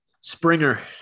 Springer